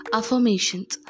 affirmations